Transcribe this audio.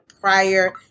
prior